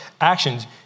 actions